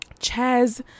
Chaz